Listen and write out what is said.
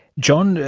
john,